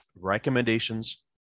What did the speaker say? Recommendations